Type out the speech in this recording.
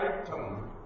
item